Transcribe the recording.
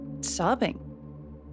sobbing